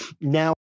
Now